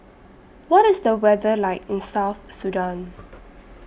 What IS The weather like in South Sudan